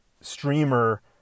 streamer